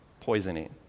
poisoning